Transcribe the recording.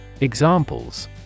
Examples